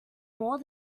more